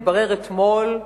התברר אתמול,